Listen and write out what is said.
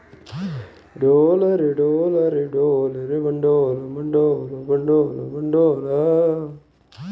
ಮಲ್ಲಿಗೆ ಹೂವಿಗೆ ಯಾವ ಕಾಲದಲ್ಲಿ ಜಾಸ್ತಿ ಲಾಭ ಬರುತ್ತದೆ?